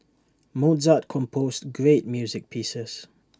Mozart composed great music pieces